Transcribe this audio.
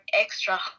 extra